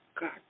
God